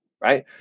Right